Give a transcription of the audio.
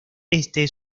este